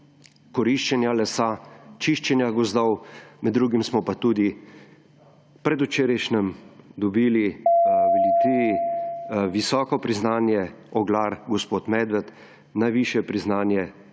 koriščenja lesa, čiščenja gozdov. Med drugim smo pa tudi predvčerajšnjim dobili v Litiji visoko priznanje, oglar, gospod Medved, najvišje priznanje